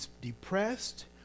depressed